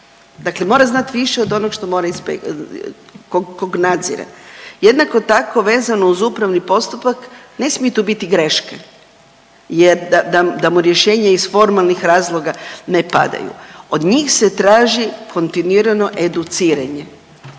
dakle mora znat više od onog što mora inspe…, kog, kog nadzire. Jednako tako vezano uz upravni postupak ne smi tu biti greške jer da, da, da mu rješenje iz formalnih razloga ne padaju, od njih se traži kontinuirano educiranje,